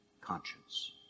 conscience